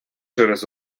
через